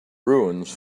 ruins